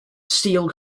steel